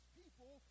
people